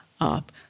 up